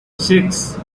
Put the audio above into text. six